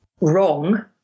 wrong